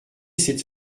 cette